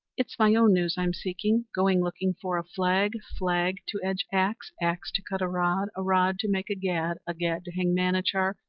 it's my own news i'm seeking. going looking for a flag, flag to edge axe, axe to cut a rod, a rod to make a gad, a gad to hang manachar,